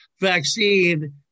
vaccine